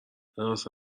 حراست